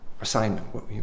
assignment